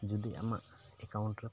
ᱡᱩᱫᱤ ᱟᱢᱟᱜ ᱮᱠᱟᱣᱩᱱᱴ ᱨᱮ